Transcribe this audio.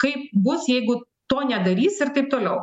kaip bus jeigu to nedarys ir taip toliau